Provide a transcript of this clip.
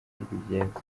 rwigenza